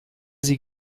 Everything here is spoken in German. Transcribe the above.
sie